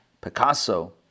Picasso